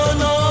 no